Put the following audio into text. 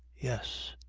yes.